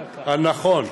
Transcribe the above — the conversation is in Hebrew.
הנכון.